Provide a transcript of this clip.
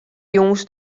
jûns